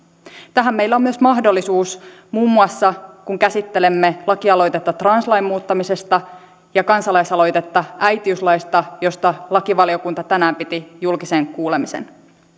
tähän meillä on myös mahdollisuus muun muassa kun käsittelemme lakialoitetta translain muuttamisesta ja kansalaisaloitetta äitiyslaista josta lakivaliokunta tänään piti julkisen kuulemisen